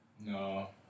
no